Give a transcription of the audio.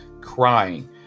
crying